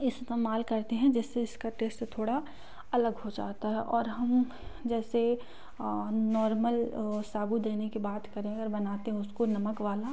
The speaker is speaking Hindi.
इस्तमाल करते हैं जिससे इसका टेस्ट थोड़ा अलग हो जाता है और हम जैसे नॉर्मल साबूदाने की बात करें अगर बनाते हैं उसको नमक वाला